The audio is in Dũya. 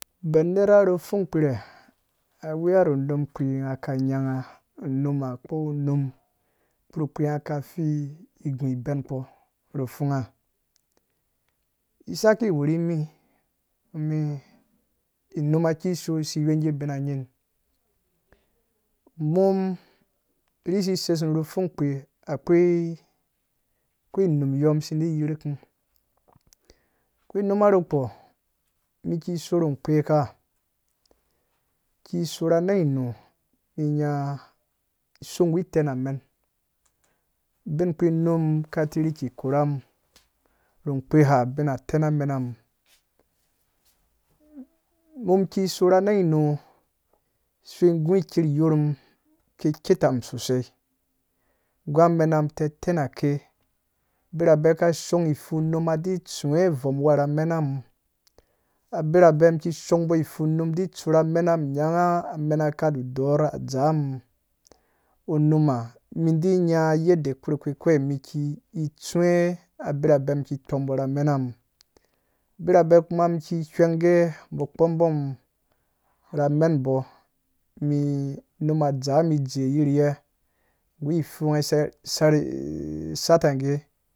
Ben nera ru fung kpirɛ aweya ru numkpi ngha kka nyangha numa kpo num kpukpi ngha fi gu ben kpo ru fungha ki saki wurimi inuma kishoo si wege bina nying mum ri sises ru fungkpi akwai num yɔɔ side yirkum kwai numa rukpo mikiso ru kpeeka kiso ra nangmu nya so gu tanamen bai num ka titi koram mum ru kpeha bin tana menam mumki so ra nangnu so gu ker yorm keketam sosai gu mena mum tatanake birabe ka shongh fu numa di tsuwe ovom wuwa ra mena mum abirabe ki shongbo fu num di tsu ra mena mum nyangha men ka dudɔɔr a dzam numa mi di nya yadda kpukpi miki tsuwe a birabe mum ki kpombo ra mena mum birabe kuma mum ki ghwenge bo kpombo mum ra menbo mi numa dzaa mum tee yirye gu fungha saisatanga